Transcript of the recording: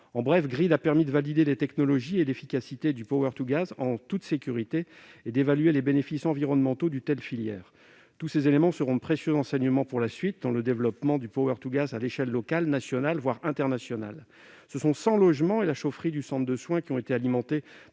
En bref, ce projet a permis de valider les technologies et l'efficacité du, en toute sécurité, et d'évaluer les bénéfices environnementaux d'une telle filière. Tous ces éléments seront de précieux enseignements pour la suite, lors du développement du à l'échelle locale et nationale, voire internationale. Quelque 100 logements et la chaufferie d'un centre de soins ont été alimentés